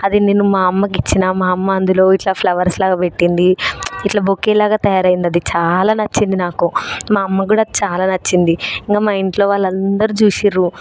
అది నేను మా అమ్మకి ఇచ్చిన మా అమ్మ అందులో ఇట్ల ఫ్లవర్స్లాగా పెట్టింది ఇట్ల బొకే లాగా తయారయ్యిందది అది చాలా నచ్చింది నాకు మా అమ్మకు కూడా చాలా నచ్చింది ఇంకా మా ఇంట్లో వాళ్ళు అందరూ చూసారు